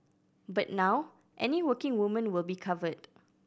but now any working woman will be covered